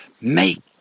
Make